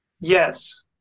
yes